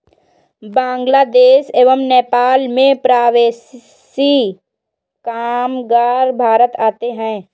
बांग्लादेश एवं नेपाल से प्रवासी कामगार भारत आते हैं